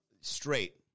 straight